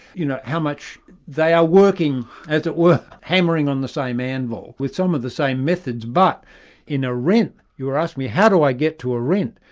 you know how much they are working, as it were, hammering on the same anvil, with some of the same methods, but in arendt, you were asking me how do i get to arendt?